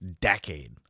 decade